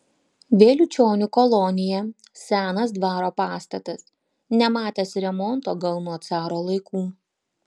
vėliučionių kolonija senas dvaro pastatas nematęs remonto gal nuo caro laikų